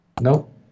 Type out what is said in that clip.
nope